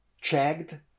checked